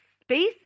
space